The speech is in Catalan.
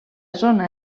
zona